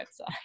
website